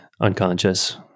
unconscious